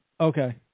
Okay